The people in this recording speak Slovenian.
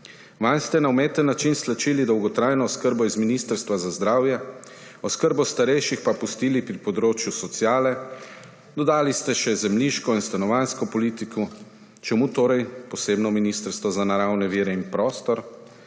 Vanj ste na umeten način stlačili dolgotrajno oskrbo iz Ministrstva za zdravje, oskrbo starejših pa pustili pri področju sociale, dodali ste še zemljiško in stanovanjsko politiko. Čemu torej posebno ministrstvo za naravne vire in prostor?